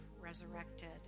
resurrected